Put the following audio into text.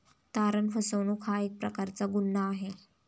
तारण फसवणूक हा एक प्रकारचा गुन्हा आहे